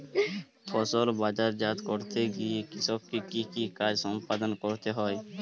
ফসল বাজারজাত করতে গিয়ে কৃষককে কি কি কাজ সম্পাদন করতে হয়?